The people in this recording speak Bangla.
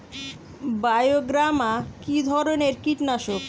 বায়োগ্রামা কিধরনের কীটনাশক?